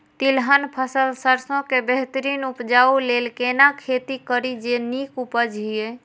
तिलहन फसल सरसों के बेहतरीन उपजाऊ लेल केना खेती करी जे नीक उपज हिय?